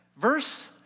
Verse